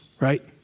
right